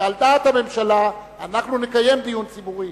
שעל דעת הממשלה אנחנו נקיים דיון ציבורי,